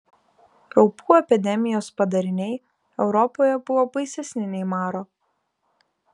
raupų epidemijos padariniai europoje buvo baisesni nei maro